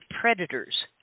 Predators